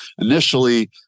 initially